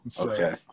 okay